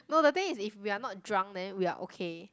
no the thing is if we are not drunk then we are okay